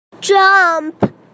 Jump